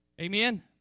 Amen